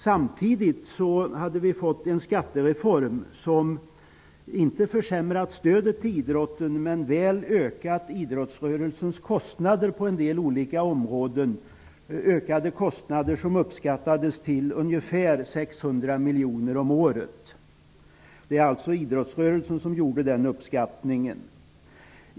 Samtidigt hade vi fått en skattereform som förvisso inte försämrade stödet till idrotten men väl ökade idrottsrörelsens kostnader på en del olika områden. De ökade kostnaderna uppskattades till ungefär 600 miljoner om året. Det var idrottsrörelsen som gjorde den uppskattningen.